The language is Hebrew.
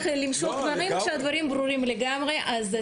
כשהדברים ברורים לגמרי אז...